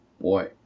boy